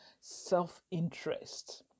self-interest